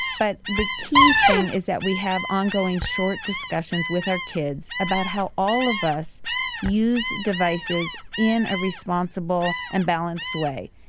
but the key thing is that we have ongoing short discussions with our kids about how all of us use devices in a responsible and balanced way,